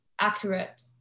accurate